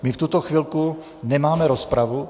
My v tuto chvilku nemáme rozpravu.